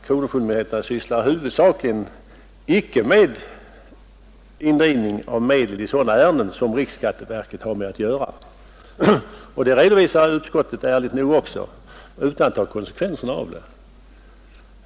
Kronofogdemyndigheterna sysslar emellertid inte huvudsakligen med sådana ärenden som riksskatteverket handlägger och det redovisar utskottet ärligt nog också — utan att ta konsekvenserna därav.